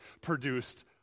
produced